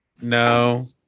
No